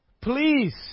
Please